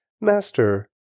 Master